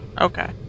Okay